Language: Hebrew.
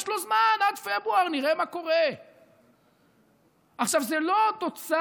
יש לו זמן: עד פברואר נראה מה קורה, זה לא תוצר,